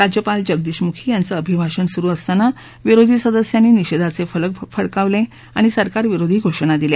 राज्यपाल जगदीश मुखी यांचे अभिभाषण सुरु असतानाच विरोधी सदस्यांनी निषेधाचे फलक फडकावले आणि सरकारविरोधी घोषणा दिल्या